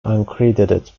uncredited